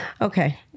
Okay